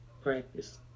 practice